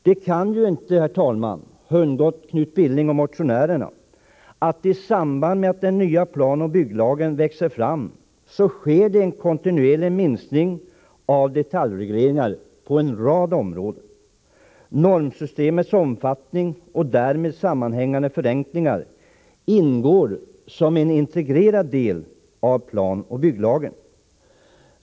Det kan, herr talman, inte ha undgått Knut Billing och motionärerna att det i samband med att den nya planoch bygglagen växer fram sker en kontinuerlig minskning av detaljregleringar på en rad områden. Normsystemets omfattning och därmed sammanhängande förenklingar ingår såsom en integrerad deli planoch bygglagen.